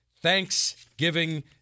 Thanksgiving